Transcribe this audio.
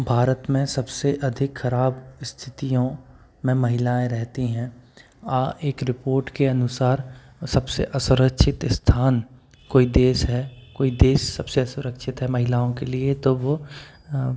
भारत मे सबसे अधिक खराब स्थितियों मे महिलाएं रहती है एक रिपोट के अनुसार सबसे असुरक्षित स्थान कोई देश है कोई देश सबसे असुरक्षित है महिलाओं के लिए तो वो